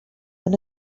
than